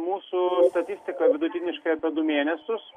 mūsų statistika vidutiniškai apie du mėnesius